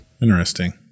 Interesting